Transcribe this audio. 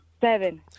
Seven